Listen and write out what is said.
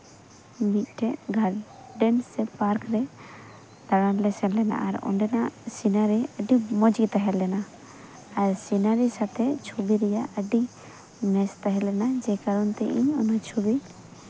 ᱢᱤᱫᱴᱮᱡ ᱜᱟᱨᱰᱮᱱ ᱥᱮ ᱯᱟᱨᱠ ᱨᱮ ᱫᱟᱬᱟᱱᱞᱮ ᱥᱮᱱ ᱞᱮᱱᱟ ᱟᱨ ᱚᱸᱰᱮᱱᱟᱜ ᱥᱤᱱᱟᱨᱤ ᱟᱹᱰᱤ ᱢᱚᱡᱽ ᱜᱮ ᱛᱟᱦᱮᱸ ᱞᱮᱱᱟ ᱟᱨ ᱥᱤᱱᱟᱨᱤ ᱥᱟᱣᱛᱮ ᱪᱷᱚᱵᱤ ᱨᱮᱭᱟᱜ ᱟᱹᱰᱤ ᱢᱮᱪ ᱛᱟᱦᱮᱸ ᱠᱟᱱᱟ ᱡᱮ ᱠᱟᱨᱚᱱ ᱛᱮ ᱤᱧ ᱚᱱᱟ ᱪᱷᱚᱵᱤ